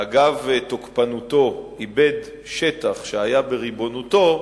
ואגב תוקפנותו איבד שטח שהיה בריבונותו,